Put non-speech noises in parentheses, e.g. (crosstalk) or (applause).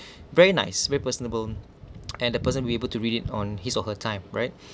(breath) very nice very personable (noise) and the person will able to read it on his or her time right (breath)